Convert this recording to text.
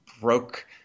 broke